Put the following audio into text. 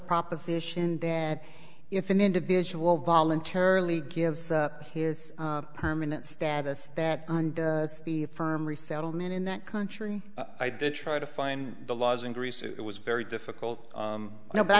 proposition that if an individual voluntarily give up his permanent status that undoes the firm resettlement in that country i did try to find the laws in greece it was very difficult to know but i